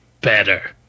better